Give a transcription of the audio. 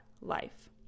life